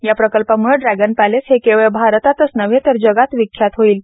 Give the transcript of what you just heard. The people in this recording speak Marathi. या प्रकल्पाम्ळे ड्रॅगन पॅलेस हे केवळ भारतातच नव्हे तर जगात विख्यात होईल